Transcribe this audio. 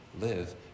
live